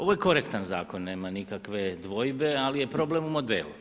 Ovo je korektan zakon, nema nikakve dvojbe ali je problem u modelu.